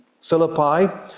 Philippi